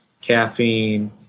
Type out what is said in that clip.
caffeine